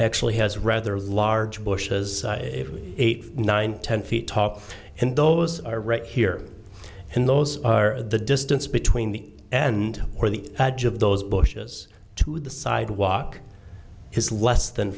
actually has rather large bushes eight nine ten feet tall and those are right here and those are the distance between the and or the edge of those bushes to the sidewalk has less than